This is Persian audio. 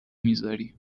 میذاری